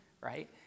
right